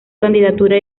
candidatura